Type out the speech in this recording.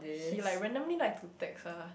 he like randomly like to text ah